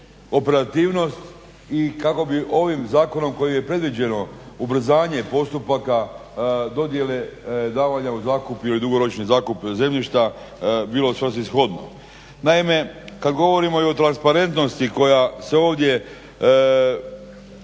operativnost i kako bi ovim zakonom koji je predviđeno ubrzanje postupaka dodjele davanja u zakup ili dugoročni zakup zemljišta bilo svrsishodno. Naime, kad govorimo i o transparentnosti koja se ovdje